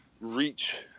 reach